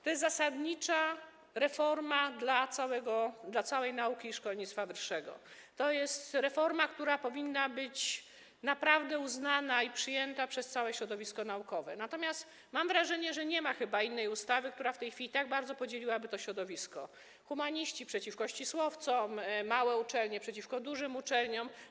To jest zasadnicza reforma dla całej nauki i szkolnictwa wyższego, to jest reforma, która powinna być naprawdę uznana i przyjęta przez całe środowisko naukowe, natomiast mam wrażenie, że nie ma chyba innej ustawy, która w tej chwili tak bardzo podzieliłaby to środowisko: humaniści przeciwko ścisłowcom, małe uczelnie przeciwko dużym uczelniom.